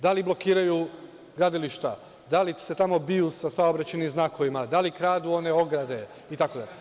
Da li blokiraju gradilišta, da li se tamo biju sa saobraćajnim znakovima, da li kradu one ograde, itd?